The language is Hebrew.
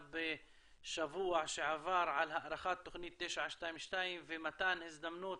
בשבוע שעבר על הארכת תוכנית 922 ומתן הזדמנות